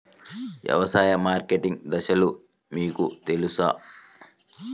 వ్యవసాయ మార్కెటింగ్ దశలు మీకు తెలుసా?